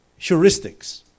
heuristics